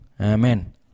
Amen